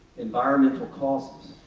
environmental causes.